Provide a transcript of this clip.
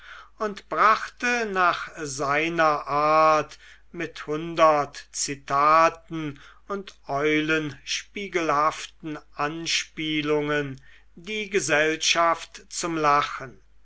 und brachte nach seiner art mit hundert zitaten und eulenspiegelhaften anspielungen die gesellschaft zum lachen